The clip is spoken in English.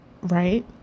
right